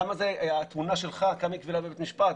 כמה התמונה שלך קבילה בבית משפט?